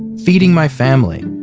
feeding my family,